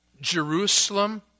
Jerusalem